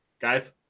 guys